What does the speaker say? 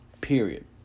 Period